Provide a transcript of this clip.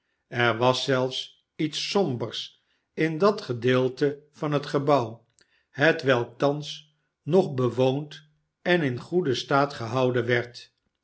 er was zelfs iets sombers in dat gedeelte van het gebouw hetwelk thans nog bewoond en in goeden staat gehouden werd